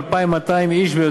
2,200 איש,